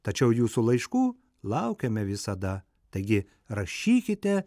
tačiau jūsų laiškų laukiame visada taigi rašykite